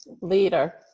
Leader